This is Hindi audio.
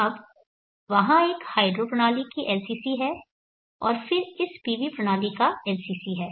अब वहाँ एक हाइड्रो प्रणाली की LCC है और फिर इस PV प्रणाली का LCC है